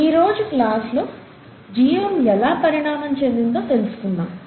ఈరోజు క్లాస్ లో జీవం ఎలా పరిణామం చెందిందో తెలుసుకుందాం